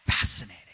Fascinating